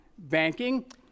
banking